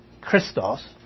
Christos